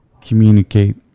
communicate